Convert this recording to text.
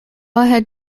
had